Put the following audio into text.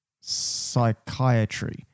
psychiatry